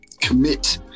commit